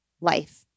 life